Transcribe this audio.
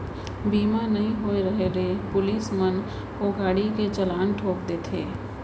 बीमा नइ होय रहें ले पुलिस मन ओ गाड़ी के चलान ठोंक देथे